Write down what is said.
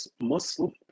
Muslim